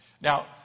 Now